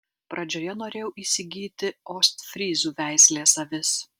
pradžioje norėjau įsigyti ostfryzų veislės avis